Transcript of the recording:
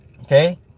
Okay